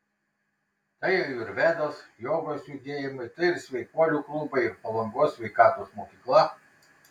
tai ajurvedos jogos judėjimai tai ir sveikuolių klubai ir palangos sveikatos mokykla